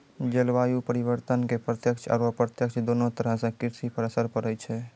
जलवायु परिवर्तन के प्रत्यक्ष आरो अप्रत्यक्ष दोनों तरह सॅ कृषि पर असर पड़ै छै